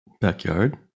backyard